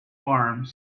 arms